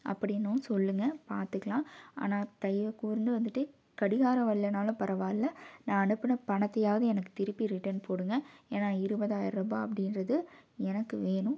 அப்படின்னும் சொல்லுங்கள் பாத்துக்கலாம் ஆனால் தயவு கூர்ந்து வந்துட்டு கடிகாரம் வரலன்னாலும் பரவாயில்லை நான் அனுப்பின பணத்தையாவது எனக்கு திருப்பி ரிட்டன் போடுங்கள் ஏன்னா இருபதாயரம் ரூபாய் அப்படின்றது எனக்கு வேணும்